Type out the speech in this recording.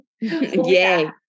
Yay